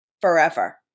forever